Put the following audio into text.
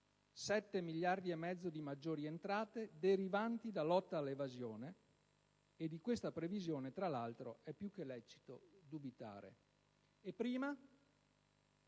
7,5 miliardi di euro di nuove entrate, derivanti dalla lotta all'evasione (e di questa previsione, tra l'altro, è più che lecito dubitare). E prima?